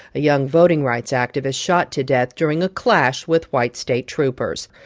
a young voting rights activist shot to death during a clash with white state troopers.